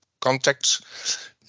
contacts